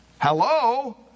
hello